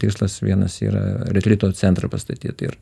tikslas vienas yra retlito centrą pastatyt ir